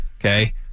Okay